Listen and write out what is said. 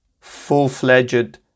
full-fledged